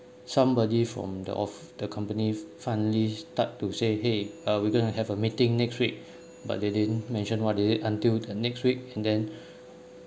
somebody from the of the company finally start to say !hey! uh we going to have a meeting next week but they didn't mention what is it until the next week and then